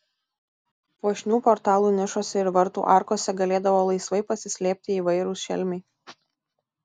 puošnių portalų nišose ir vartų arkose galėdavo laisvai pasislėpti įvairūs šelmiai